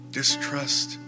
distrust